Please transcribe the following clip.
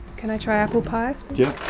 can i try apple pie? yeah,